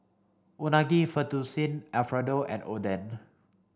Unagi Fettuccine Alfredo and Oden